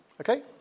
Okay